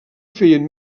feien